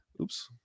oops